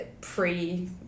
pre